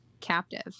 captive